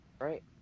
right